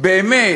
באמת